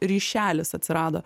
ryšelis atsirado